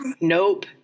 nope